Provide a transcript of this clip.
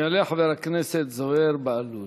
יעלה חבר הכנסת זוהיר בהלול.